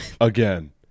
again